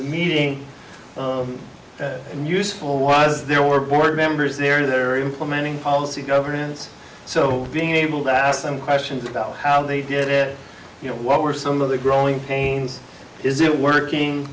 the meeting and useful was there were board members there they're implementing policy governance so being able to ask them questions about how they did it you know what were some of the growing pains is it working